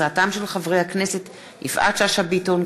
הצעתם של חברי הכנסת יפעת שאשא ביטון,